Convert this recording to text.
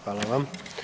Hvala vam.